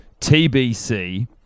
TBC